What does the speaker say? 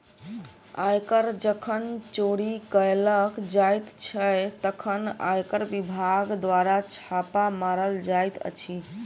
आयकर जखन चोरी कयल जाइत छै, तखन आयकर विभाग द्वारा छापा मारल जाइत अछि